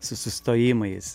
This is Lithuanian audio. su sustojimais